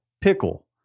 Pickle